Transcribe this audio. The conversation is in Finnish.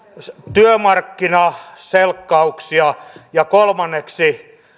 työmarkkinaselkkauksia ja kolmanneksi